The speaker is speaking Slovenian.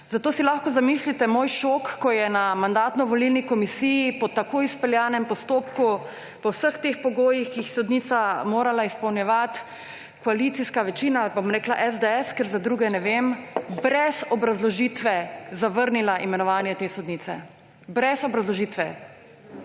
Zato si lahko zamislite moj šok, ko je na Mandatno-volilni komisiji po tako izpeljanem postopku, po vseh teh pogojih, ki jih je sodnica morala izpolnjevati, koalicijska večina ali pa, bom rekla, SDS, ker za druge ne vem, brez obrazložitve zavrnila imenovanje te sodnice. Brez obrazložitve!